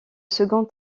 second